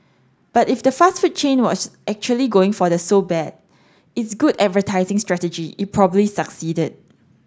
but if the fast food chain was actually going for the so bad it's good advertising strategy it probably succeeded